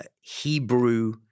Hebrew